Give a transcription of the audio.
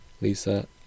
Lisa